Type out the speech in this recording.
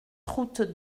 route